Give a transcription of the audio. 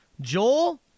Joel